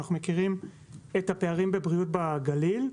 אנחנו מכירים את הפערים בבריאות בגליל.